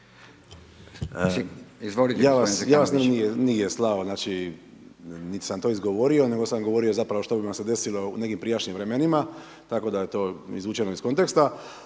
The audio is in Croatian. ne razumije./... nit sam to izgovorio, nego sam govorio zapravo što bi vam se desilo u nekim prijašnjim vremenima, tako da je to izvučeno iz konteksta.